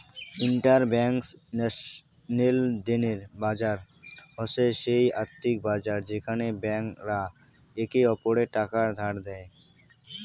inter bank লেনদেনের বাজার হসে সেই আর্থিক বাজার যেখানে ব্যাংক রা একে অপরকে টাকা ধার দেই